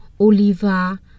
Oliva